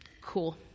Cool